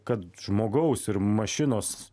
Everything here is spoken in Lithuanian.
kad žmogaus ir mašinos